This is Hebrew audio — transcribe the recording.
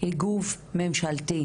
היא גוף ממשלתי.